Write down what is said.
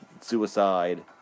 suicide